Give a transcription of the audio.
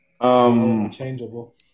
Unchangeable